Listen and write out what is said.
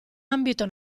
ambito